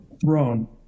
Throne